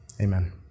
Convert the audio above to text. Amen